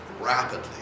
rapidly